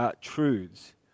truths